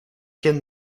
kind